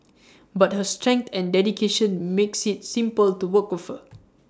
but her strength and dedication makes IT simple to work with her